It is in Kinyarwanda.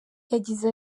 yagize